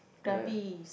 krabi is